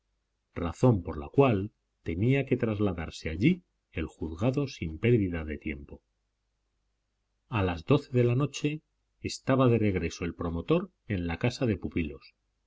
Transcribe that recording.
razón por la cual tenía que trasladarse allí el juzgado sin pérdida de tiempo a las doce de la noche estaba de regreso el promotor en la casa de pupilos